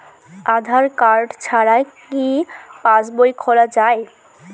আধার card ছাড়া কি পাসবই খোলা যায়?